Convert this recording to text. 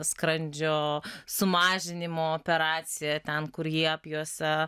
skrandžio sumažinimo operaciją ten kur jį apjuosia